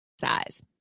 size